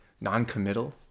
non-committal